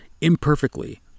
imperfectly